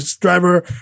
driver